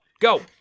go